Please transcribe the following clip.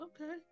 Okay